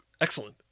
excellent